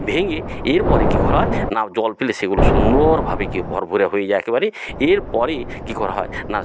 ভেঙে এরপরে কী করা হয় না জল ফেলে সেগুলো সুন্দরভাবে কী ভরভরে হয়ে যায় একেবারে এর পরে কী করা হয় না